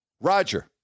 Roger